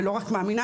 ולא רק מאמינה,